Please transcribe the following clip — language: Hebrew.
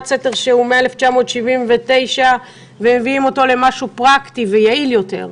סתר מ-1979 ומביאים אותו למשהו פרקטי ויעיל יותר.